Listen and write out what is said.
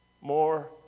More